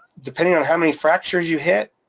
depending on how many fractures you hit,